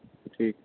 ٹھیک